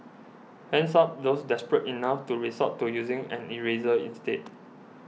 hands up those desperate enough to resort to using an eraser instead